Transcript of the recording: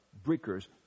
breakers